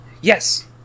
Yes